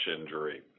injury